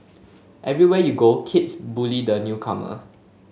everywhere you go kids bully the newcomer